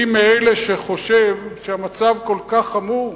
אני מאלה שחושב שהמצב כל כך חמור,